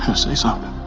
say something.